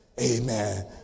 Amen